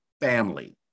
family